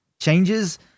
changes